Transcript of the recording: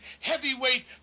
heavyweight